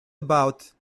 about